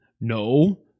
No